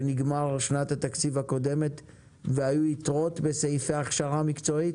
שנגמרה שנת התקציב הקודמת והיו יתרות בסעיפי ההכשרה המקצועית?